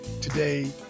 today